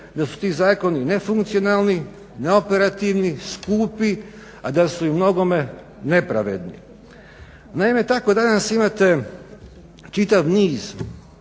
da su ti zakoni nefunkcionalni, neoperativni, skupi, a da su u mnogome nepravedni. Naime tako danas imate čitav niz,